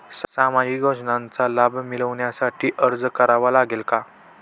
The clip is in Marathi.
सामाजिक योजनांचा लाभ मिळविण्यासाठी अर्ज करावा लागेल का?